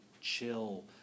chill